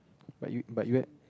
but you but you eh